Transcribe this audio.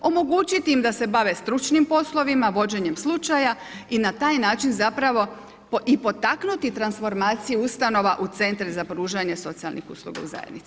Omogućiti im da se bave stručnim poslovima, vođenjem slučaja i na taj način zapravo i potaknuti transformaciju ustanova u centre za pružanje socijalnih usluga u zajednici.